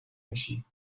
میشی